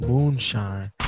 Moonshine